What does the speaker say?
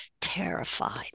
terrified